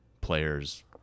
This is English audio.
players